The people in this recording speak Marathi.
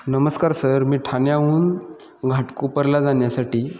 नमस्कार सर मी ठाण्याहून घाटकोपरला जाण्यासाठी